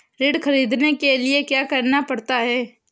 ऋण ख़रीदने के लिए क्या करना पड़ता है?